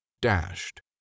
Dashed